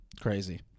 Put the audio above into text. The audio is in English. Crazy